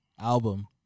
Album